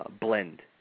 blend